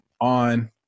on